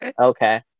okay